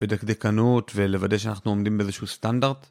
בדקדקנות ולוודא שאנחנו עומדים באיזשהו סטנדרט